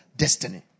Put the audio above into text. destiny